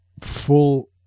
full